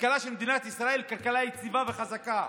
הכלכלה של מדינת ישראל היא כלכלה יציבה וחזקה,